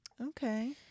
Okay